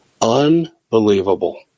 Unbelievable